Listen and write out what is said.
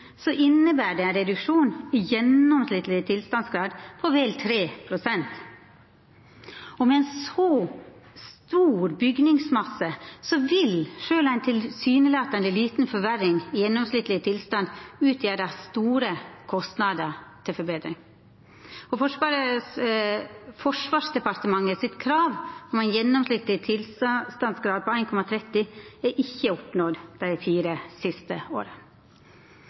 så stor bygningsmasse vil sjølv ei tilsynelatande lita forverring i gjennomsnittleg tilstandsgrad utgjera store kostnader til forbetring. Forsvarsdepartementet sitt krav om ein gjennomsnittleg tilstandsgrad på 1,30 er ikkje oppnådd dei fire siste åra.